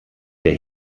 der